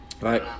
Right